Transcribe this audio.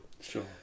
Sure